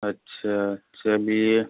अच्छा चलिए